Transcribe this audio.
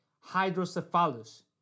hydrocephalus